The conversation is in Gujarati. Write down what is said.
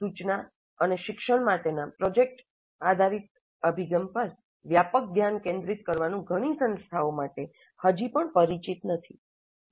સૂચના અને શિક્ષણ માટેના પ્રોજેક્ટ આધારિત અભિગમ પર વ્યાપક ધ્યાન કેન્દ્રિત કરવાનું ઘણી સંસ્થાઓ માટે હજી પણ પરિચિત નથી